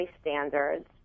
standards